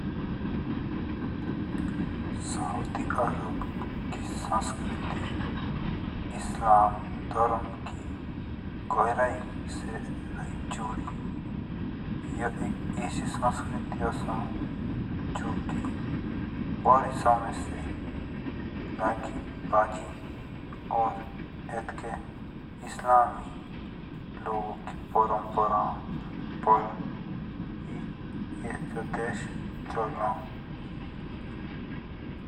सऊदी अरब की संस्कृति इस्लाम धर्म के घरे से रही जुड़ी। इस्लाम धर्म की घड़ी से र्हे जुड़ी ये एक ऐसी संस्कृति ओसो जौंकि भारी समय से लगी बाजी और अटके इस्लामी लोगों की परंपरा पर आज देश चलो।